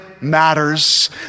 Matters